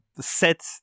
set